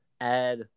Add